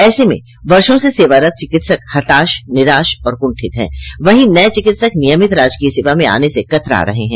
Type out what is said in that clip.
ऐसे में वर्षो से सेवारत चिकित्सक हताश निराश और क्रंठित है वहीं नये चिकित्सक नियमित राजकीय सेवा में आने से कतरा रहे हैं